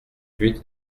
huit